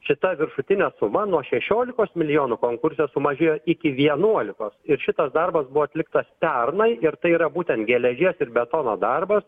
šita viršutinė suma nuo šešiolikos milijonų konkurse sumažėjo iki vienuolikos ir šitas darbas buvo atliktas pernai ir tai yra būtent geležies ir betono darbas